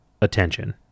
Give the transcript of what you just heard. attention